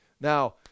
now